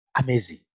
amazing